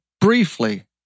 briefly